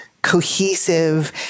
cohesive